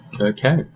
okay